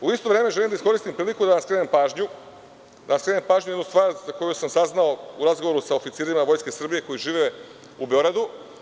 U isto vreme želim da iskoristim priliku da vam skrenem pažnju na jednu stvar koju sam saznao u razgovoru sa oficirima Vojske Srbije koji žive u Beogradu.